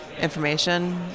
information